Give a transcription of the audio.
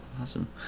Awesome